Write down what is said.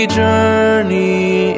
journey